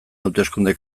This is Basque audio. hauteskunde